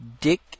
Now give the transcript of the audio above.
Dick